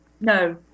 no